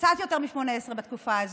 קצת יותר מ-18 בתקופה הזאת,